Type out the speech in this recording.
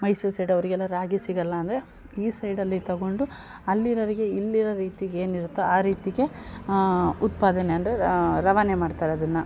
Mysuru side ಅವರಿಗೆಲ್ಲ ರಾಗಿ ಸಿಗೋಲ್ಲ ಅಂದರೆ ಈ ಸೈಡಲ್ಲಿ ತಗೊಂಡು ಅಲ್ಲಿರೋರಿಗೆ ಇಲ್ಲಿರೋ ರೀತಿಗೇನು ಇರುತ್ತೊ ಆ ರೀತಿಗೆ ಉತ್ಪಾದನೆ ಅಂದರೆ ರವಾನೆ ಮಾಡ್ತಾರೆ ಅದನ್ನು